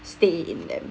stay in them